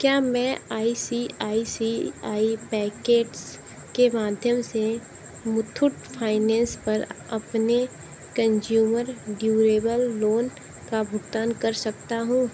क्या मैं I C I C I packets के माध्यम से मुथूट फाइनेंस पर अपने कंज़्यूमर ड्यूरेबल लोन का भुगतान कर सकता हूँ